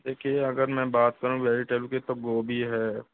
देखिये अगर मैं बात करूँ वेजिटेबल की तो गोभी है